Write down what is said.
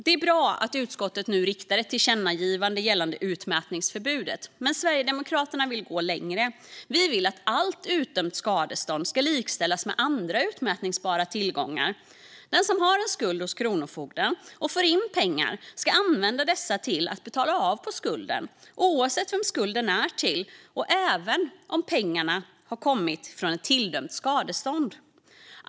Det är bra att utskottet nu föreslår ett tillkännagivande gällande utmätningsförbudet. Men Sverigedemokraterna vill gå längre. Vi vill att allt tilldömt skadestånd ska likställas med andra utmätningsbara tillgångar. Den som har en skuld hos kronofogden och som får in pengar ska använda dessa till att betala av på skulden oavsett vem skulden är till och även om pengarna har kommit från ett tilldömt skadestånd.